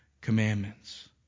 commandments